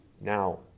now